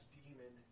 demon